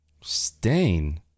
Stain